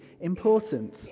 important